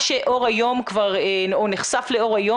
מה שהוא כבר נחשף לאור היום,